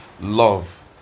love